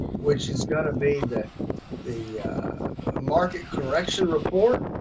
which is going to be that the market correction report.